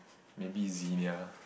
maybe Zinia